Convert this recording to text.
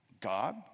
God